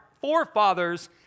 forefathers